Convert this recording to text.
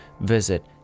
visit